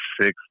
six